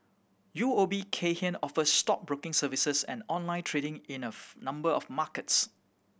U O B Kay Hian offers stockbroking services and online trading in a number of markets